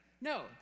No